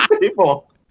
people